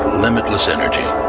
limitless energy.